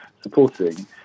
supporting